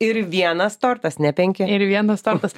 ir vienas tortas ne penki ir vienas tortas